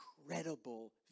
incredible